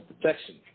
protection